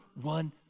one